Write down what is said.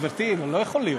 גברתי, לא יכול להיות,